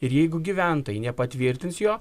ir jeigu gyventojai nepatvirtins jo